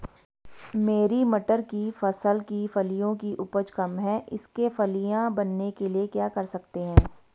मेरी मटर की फसल की फलियों की उपज कम है इसके फलियां बनने के लिए क्या कर सकते हैं?